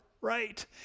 right